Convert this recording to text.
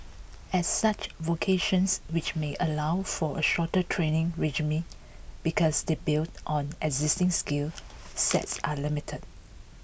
as such vocations which may allow for a shorter training regime because they build on existing skill sets are limited